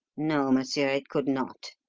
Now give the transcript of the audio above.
no, monsieur, it could not.